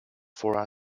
for